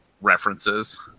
references